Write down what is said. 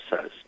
says